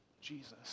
Jesus